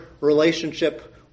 relationship